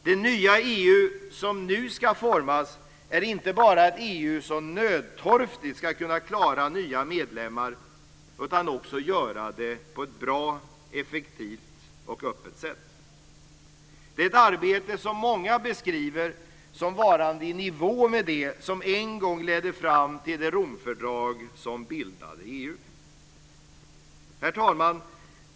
Det nya EU som nu ska formas är inte bara ett EU som nödtorftigt ska kunna klara nya medlemmar utan också göra det på ett bra, effektivt och öppet sätt. Det är ett arbete som många beskriver som varande i nivå med det som en gång ledde fram till det Romfördrag som bildade EU. Herr talman!